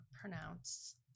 Pronounce